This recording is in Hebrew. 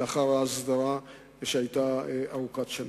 לאחר ההסדרה שהיתה ארוכת שנים.